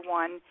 one